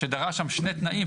שדרש שם שני תנאים,